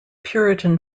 puritan